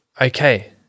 okay